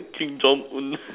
Kim-Jong-Un